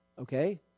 Okay